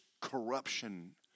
corruption